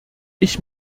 ich